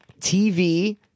TV